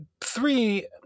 three